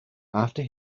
after